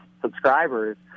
subscribers